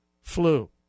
flu